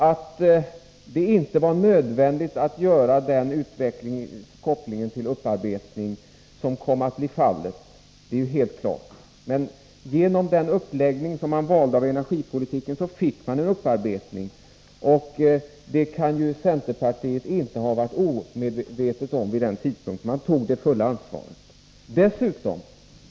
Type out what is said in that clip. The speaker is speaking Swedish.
Det var inte nödvändigt att göra en koppling till upparbetning, men genom den uppläggning av energipolitiken som man valde fick man upparbetning, och centerpartiet kan inte ha varit ovetande om det vid den tidpunkt när ni hade det fulla ansvaret.